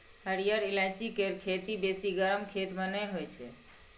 हरिहर ईलाइची केर खेती बेसी गरम खेत मे नहि होइ छै